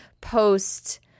post